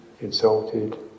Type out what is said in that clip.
insulted